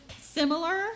similar